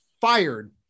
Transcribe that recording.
fired